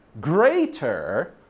greater